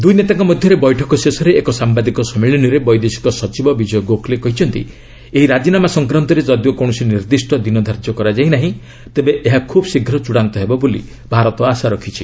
ଦୁଇ ନେତାଙ୍କ ମଧ୍ୟରେ ବୈଠକ ଶେଷରେ ଏକ ସାମ୍ଭାଦିକ ସମ୍ମିଳନୀରେ ବୈଦେଶିକ ସଚିବ ବିଜୟ ଗୋଖ୍ଲେ କହିଛନ୍ତି ଏହି ରାଜିନାମା ସଂକ୍ରାନ୍ତରେ ଯଦିଓ କୌଣସି ନିର୍ଦ୍ଦିଷ୍ଟ ଦିନ ଧାର୍ଯ୍ୟ କରାଯାଇ ନାର୍ହି ତେବେ ଏହା ଖୁବ୍ ଶୀଘ୍ର ଚୂଡ଼ାନ୍ତ ହେବ ବୋଲି ଭାରତ ଆଶା ରଖିଛି